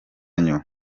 bworoshye